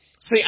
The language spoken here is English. See